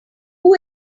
who